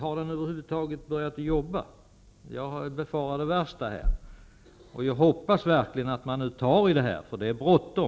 Har den över huvud taget börjat jobba? Jag befarar det värsta. Jag hoppas verkligen att man nu tar tag i detta. Det är nämligen bråttom.